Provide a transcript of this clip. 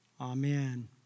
amen